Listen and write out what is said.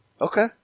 Okay